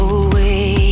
away